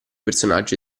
personaggi